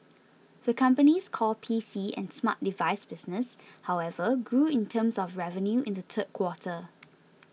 the company's core P C and smart device business however grew in terms of revenue in the third quarter